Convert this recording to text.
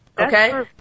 okay